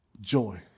joy